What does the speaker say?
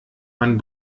man